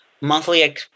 monthly